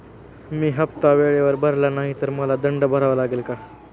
मी हफ्ता वेळेवर भरला नाही तर मला दंड भरावा लागेल का?